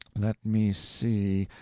let me see.